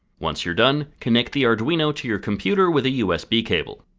once you are done, connect the arduino to your computer with a usb cable.